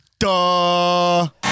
duh